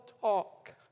talk